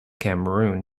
cameroon